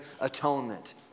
atonement